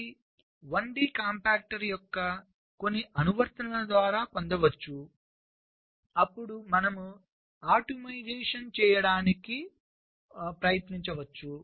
ఇది 1d compactor యొక్క కొన్ని అనువర్తనాల ద్వారా పొందవచ్చు అప్పుడు మనము మరింత ఆప్టిమైజేషన్ చేయడానికి ప్రయత్నం చేయవచ్చు